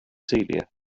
celia